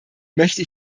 möchte